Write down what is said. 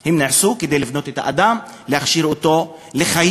הם נעשו כדי לבנות את האדם, להכשיר אותו לחיים.